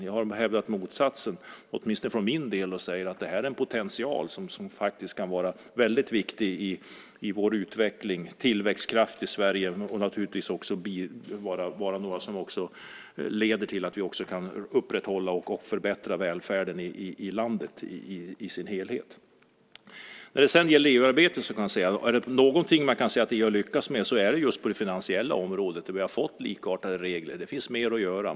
Jag har hävdat motsatsen, åtminstone för min del, och säger att det här är en potential som faktiskt kan vara väldigt viktig i vår utveckling, en tillväxtkraft i Sverige. Den kan naturligtvis också vara något som leder till att vi kan upprätthålla och förbättra välfärden i landet i dess helhet. När det sedan gäller EU-arbete kan jag säga att är det någonting man kan säga att EU har lyckats med så är det just på det finansiella området där vi har fått likartade regler. Det finns mer att göra.